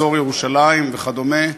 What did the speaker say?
אזור ירושלים וכדומה,